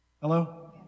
Hello